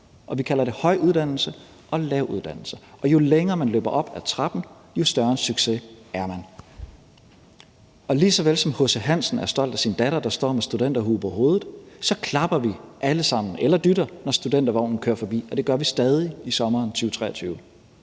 vi kalder det høj uddannelse og lav uddannelse, og jo længere man løber op ad trappen, jo større en succes er man. Og lige såvel som H.C. Hansen er stolt af sin datter, der står med studenterhue på hovedet, klapper vi alle sammen eller dytter, når studentervognen kører forbi, og det gør vi stadig i sommeren 2023.